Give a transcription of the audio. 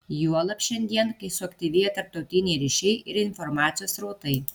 juolab šiandien kai suaktyvėjo tarptautiniai ryšiai ir informacijos srautai